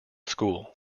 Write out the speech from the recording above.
school